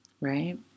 right